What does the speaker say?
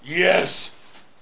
Yes